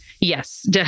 Yes